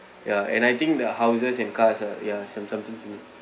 ya and I think the houses and cars is a ya some~ something